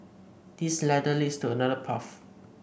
this ladder leads to another path